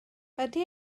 ydy